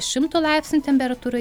šimto laipsnių temperatūroj